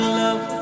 love